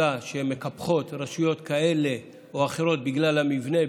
שמקפחות רשויות כאלה או אחרות בגלל המבנה,